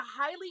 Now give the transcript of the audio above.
highly